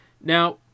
Now